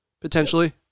potentially